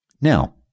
Now